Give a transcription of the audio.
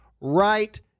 right